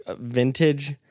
vintage